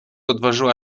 odważyła